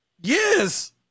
Yes